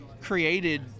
created